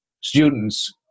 students